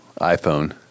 iPhone